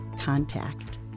contact